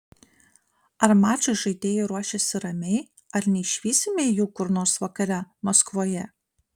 ar mačui žaidėjai ruošiasi ramiai ar neišvysime jų kur nors vakare maskvoje